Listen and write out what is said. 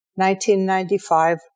1995